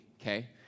Okay